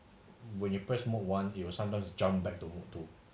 when you press mode one it will sometimes jumped back to mode two